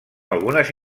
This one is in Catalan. algunes